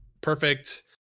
perfect